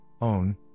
own